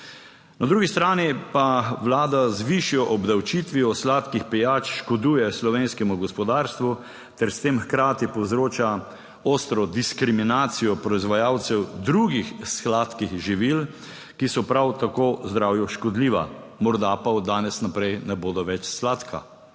Na drugi strani pa Vlada z višjo obdavčitvijo sladkih pijač škoduje slovenskemu gospodarstvu ter s tem hkrati povzroča ostro diskriminacijo proizvajalcev drugih sladkih živil, ki so prav tako zdravju škodljiva. Morda pa od danes naprej ne bodo več sladka.